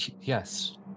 yes